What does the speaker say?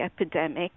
epidemic